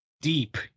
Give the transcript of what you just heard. deep